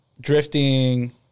drifting